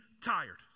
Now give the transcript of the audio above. tired